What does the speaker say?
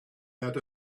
out